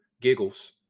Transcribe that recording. giggles